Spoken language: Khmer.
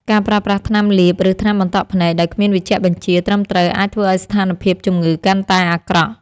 ការប្រើប្រាស់ថ្នាំលាប ឬថ្នាំបន្តក់ភ្នែកដោយគ្មានវេជ្ជបញ្ជាត្រឹមត្រូវអាចធ្វើឱ្យស្ថានភាពជំងឺកាន់តែអាក្រក់។